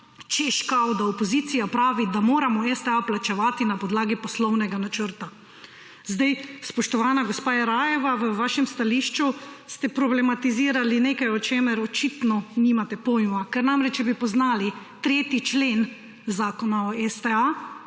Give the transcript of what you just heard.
češ kao da opozicija pravi, da moramo STA plačevati na podlagi poslovnega načrta. Zdaj, spoštovana gospa Jerajeva, v vašem stališču ste problematizirali nekaj o čemer očitno nimate pojma. Ker namreč, če bi poznali 3. člen Zakona o STA,